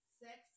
sex